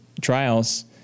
trials